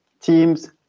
teams